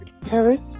Paris